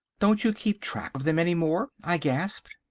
don't you keep track of them any more? i gasped.